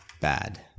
bad